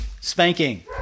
spanking